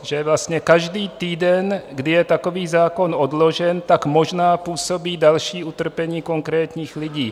Že vlastně každý týden, kdy je takový zákon odložen, tak možná působí další utrpení konkrétních lidí.